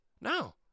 No